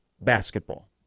basketball